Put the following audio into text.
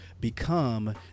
become